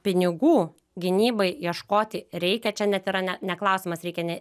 pinigų gynybai ieškoti reikia čia net yra ne ne klausimas reikia ne